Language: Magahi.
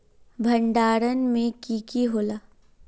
भण्डारण में की की होला?